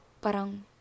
Parang